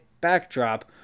Backdrop